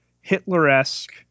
Hitler-esque